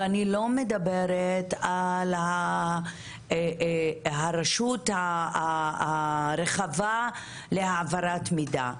ואני לא מדברת על הרשות הרחבה להעברת מידע.